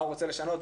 מה הוא רוצה לשנות.